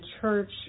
church